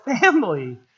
family